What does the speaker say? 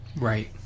Right